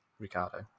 Ricardo